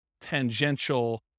tangential